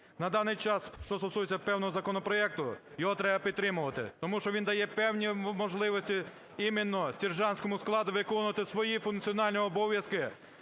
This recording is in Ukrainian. На даний час, що стосується певного законопроекту, його треба підтримувати, тому що він дає певні можливості іменно сержантському складу виконувати свої функціональні обов'язки